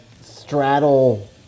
straddle